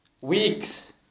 weeks